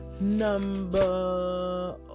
number